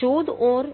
शोध और